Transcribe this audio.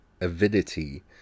avidity